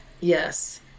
Yes